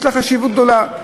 ויש לזה חשיבות גדולה.